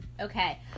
Okay